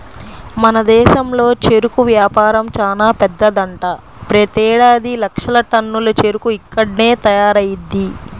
మన దేశంలో చెరుకు వ్యాపారం చానా పెద్దదంట, ప్రతేడాది లక్షల టన్నుల చెరుకు ఇక్కడ్నే తయారయ్యిద్ది